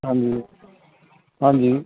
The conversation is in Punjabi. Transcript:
ਹਾਂਜੀ ਹਾਂਜੀ